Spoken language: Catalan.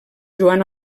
joan